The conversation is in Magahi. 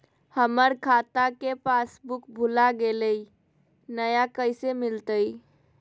हमर खाता के पासबुक भुला गेलई, नया कैसे मिलतई?